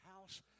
house